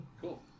cool